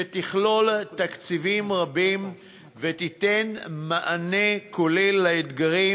שתכלול תקציבים רבים ותיתן מענה כולל על האתגרים